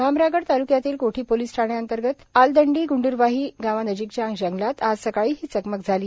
भामरागड ताल्क्यातील कोठी पोलिस ठाण्यांतर्गत आलदंडी ग्ंड्रवाही गावानजीकच्या जंगलात आज सकाळी ही चकमक झाली